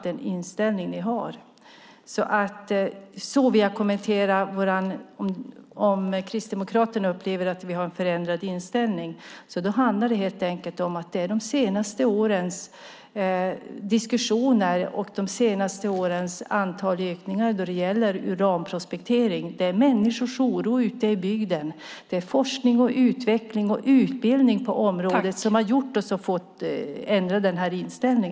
Om Kristdemokraterna upplever att vi socialdemokrater har en förändrad inställning handlar det helt enkelt om att de senaste årens diskussioner och antalet ökningar när det gäller uranprospektering, människors oro ute i bygden, forskning, utveckling och utbildning på området har fått oss att ändra inställning.